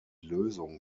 lösung